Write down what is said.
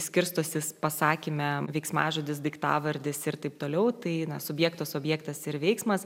skirstosis pasakyme veiksmažodis daiktavardis ir taip toliau tai subjektas objektas ir veiksmas